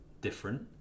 different